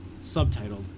subtitled